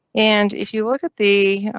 and if you look at the,